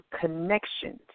connections